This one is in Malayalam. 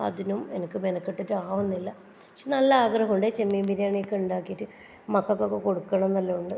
അതിനും എനിക്ക് മെനക്കെട്ടിട്ട് ആവുന്നില്ല പക്ഷേ നല്ല ആഗ്രഹുണ്ട് ചെമ്മീൻ ബിരിയാണി ഒക്കെ ഉണ്ടാക്കീട്ട് മക്കൾക്കൊക്കെ കൊടുക്കണം എന്നെല്ലാം ഉണ്ട്